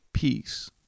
Peace